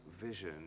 vision